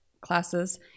classes